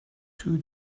two